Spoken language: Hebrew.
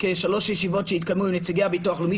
כשלוש ישיבות שהתקיימו עם נציגי הביטוח הלאומי.